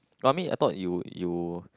I mean I thought you'll you'll